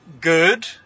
good